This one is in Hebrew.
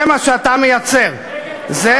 זה מה שאתה מייצר, שקר וכזב.